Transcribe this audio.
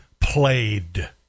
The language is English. played